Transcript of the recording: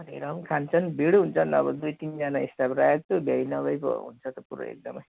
अनि र पनि खान्छ नि भिड हुन्छन् अब दुई तिनजना स्टाफ राखेको छु भ्याई नभ्याई पो हुन्छ त पुरै एकदमै